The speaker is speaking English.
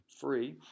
free